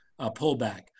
pullback